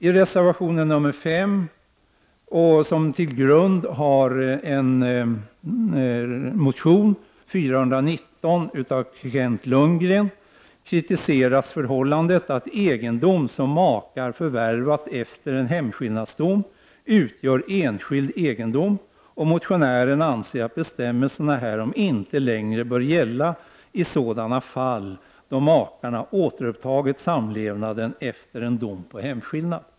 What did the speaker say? I reservation 5, som till grund har motion L419 av Kent Lundgren, kritiseras förhållandet att egendom som makar förvärvat efter en hemskillnadsdom utgör enskild egendom. Motionären anser att bestämmelserna härom inte längre bör gälla i sådana fall då makarna återupptagit samlevnaden efter en dom på hemskillnad.